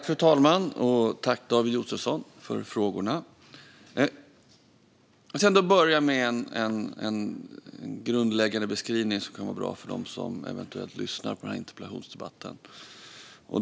Fru talman! Tack till David Josefsson för frågorna! Jag ska börja med en grundläggande beskrivning som kan vara bra för dem som eventuellt lyssnar på den här interpellationsdebatten.